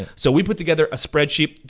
so we put together a spreadsheet,